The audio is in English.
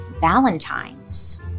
Valentine's